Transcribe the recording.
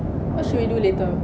what should we do later